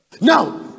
now